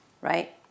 right